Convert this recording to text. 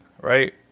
Right